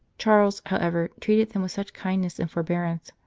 charles, however, treated them with such kindness and forbearance,